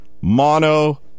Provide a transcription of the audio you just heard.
Mono